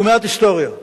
מעט היסטוריה: